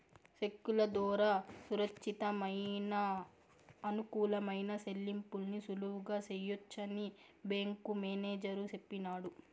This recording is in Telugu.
సెక్కుల దోరా సురచ్చితమయిన, అనుకూలమైన సెల్లింపుల్ని సులువుగా సెయ్యొచ్చని బ్యేంకు మేనేజరు సెప్పినాడు